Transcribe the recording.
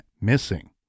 missing